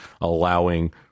allowing